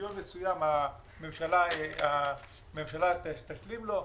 לפדיון מסוים הממשלה תשלים לו.